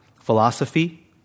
philosophy